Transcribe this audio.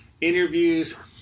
interviews